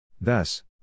Thus